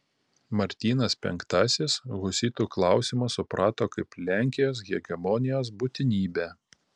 martynas penktasis husitų klausimą suprato kaip lenkijos hegemonijos būtinybę